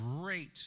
great